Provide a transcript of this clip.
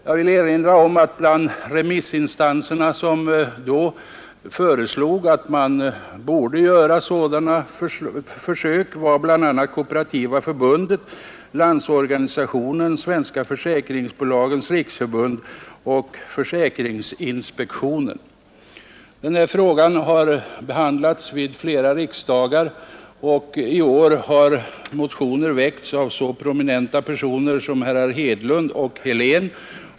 Jag vill erinra om att bland de remissinstanser som tillstyrkte att ett sådant försök skulle göras var Kooperativa förbundet, Landsorganisationen, Svenska försäkringsbolags riksförbund och försäkringsinspektionen. Den här frågan har behandlats vid flera riksdagar, och i år har en motion väckts av så prominenta personer som herrar Hedlund och Helén.